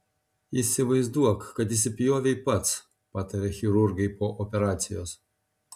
įsivaizduok kad įsipjovei pats pataria chirurgai po operacijos